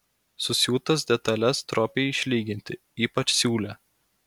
susiūtas detales stropiai išlyginti ypač siūlę